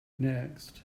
next